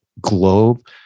globe